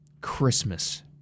Christmas